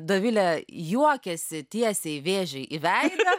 dovilė juokiasi tiesiai vėžiui į veidą